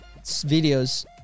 videos